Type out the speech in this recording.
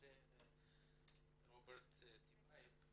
הכנסת טיבייב,